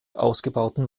ausgebauten